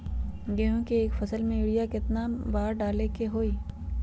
गेंहू के एक फसल में यूरिया केतना बार डाले के होई?